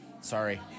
Sorry